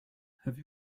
have